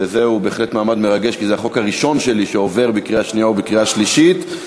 ואני קובע כי הצעת חוק חסינות חברי הכנסת,